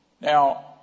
Now